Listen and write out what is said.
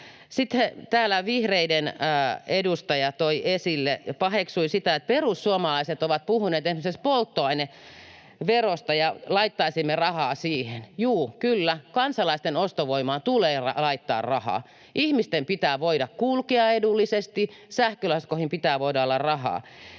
täällä vihreiden edustaja toi esille ja paheksui sitä, että perussuomalaiset ovat puhuneet esimerkiksi polttoaineverosta ja että laittaisimme rahaa siihen. Juu, kyllä kansalaisten ostovoimaan tulee laittaa rahaa. Ihmisten pitää voida kulkea edullisesti, sähkölaskuihin pitää voida olla rahaa.